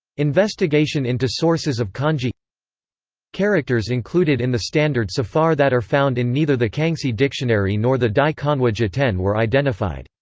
investigation into sources of kanji characters included in the standard so far that are found in neither the kangxi dictionary nor the dai kanwa jiten were identified.